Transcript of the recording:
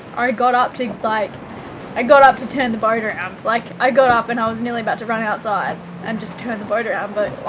i got up to like i got up to turn the boat around, like i got up, and i was nearly about to run outside and just turn the boat around but